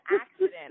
accident